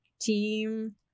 team